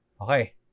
Okay